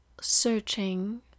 searching